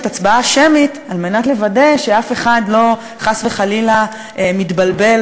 הצבעה שמית על מנת לוודא שאף אחד חס וחלילה לא מתבלבל